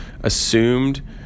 assumed